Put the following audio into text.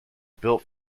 built